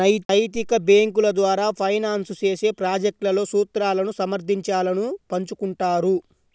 నైతిక బ్యేంకుల ద్వారా ఫైనాన్స్ చేసే ప్రాజెక్ట్లలో సూత్రాలను సమర్థించాలను పంచుకుంటారు